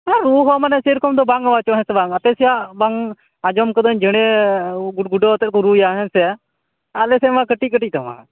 ᱨᱩ ᱦᱚᱸ ᱢᱟᱱᱮ ᱥᱮᱨᱠᱚᱢ ᱫᱚ ᱵᱟᱝ ᱦᱚᱸ ᱪᱚ ᱦᱮᱸ ᱪᱮ ᱵᱟᱝ ᱟᱯᱮ ᱥᱮᱭᱟᱜ ᱵᱟᱝ ᱟᱸᱡᱚᱢ ᱠᱟᱫᱟ ᱧ ᱡᱮᱸᱲᱮ ᱜᱩᱰ ᱜᱩᱰᱟ ᱣ ᱟᱛᱮᱫ ᱠᱚ ᱨᱩᱭᱟ ᱦᱮᱸ ᱥᱮ ᱟᱞᱮ ᱥᱮᱜ ᱢᱟ ᱠᱟ ᱴᱤᱡ ᱠᱟ ᱴᱤᱡ ᱴᱟᱢᱟᱠ